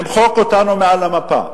למחוק אותנו מעל המפה.